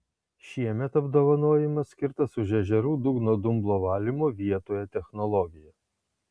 šiemet apdovanojimas skirtas už ežerų dugno dumblo valymo vietoje technologiją